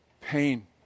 pain